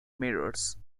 mirrors